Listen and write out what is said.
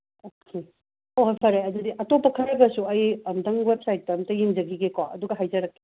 okay ꯍꯣꯏ ꯍꯣꯏ ꯐꯔꯦ ꯑꯗꯨꯗꯤ ꯑꯇꯣꯞꯄ ꯈꯔꯗꯁꯨ ꯑꯩ ꯑꯝꯇꯪ ꯋꯦꯕꯁꯥꯏꯠꯇ ꯑꯝꯇꯪ ꯌꯦꯡꯖꯒꯤꯒꯦꯀꯣ ꯑꯗꯨꯒ ꯍꯥꯏꯖꯔꯛꯀꯦ